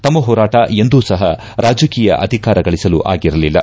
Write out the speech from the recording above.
ತಮ್ಮ ಹೋರಾಟ ಎಂದೂ ಸಹ ರಾಜಕೀಯ ಅಧಿಕಾರ ಗಳಸಲು ಆಗಿರಲಿಲ್ಲ